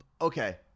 Okay